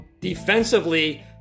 defensively